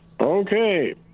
Okay